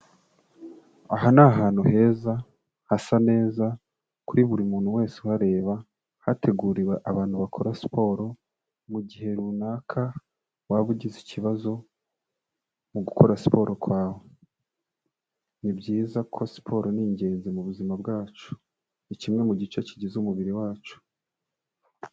Aha ni ahantu heza hasa neza kuri buri muntu wese uhareba, hateguriwe abantu bakora siporo mu gihe runaka waba ugize ikibazo mu gukora siporo kwawe. Ni byiza ko siporo ni ingenzi mu buzima bwacu. Ni kimwe mu gice kigize umubiri wacu.